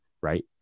right